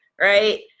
right